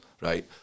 right